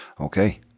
Okay